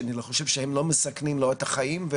שאני חושב שהם לא מסכנים לא את החיים.